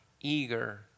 eager